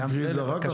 תקראי את זה אחר כך?